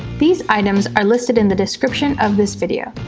these items are listed in the description of this video.